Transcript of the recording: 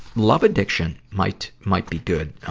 love addiction might, might be good.